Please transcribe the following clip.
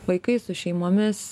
vaikais su šeimomis